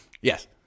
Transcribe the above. Yes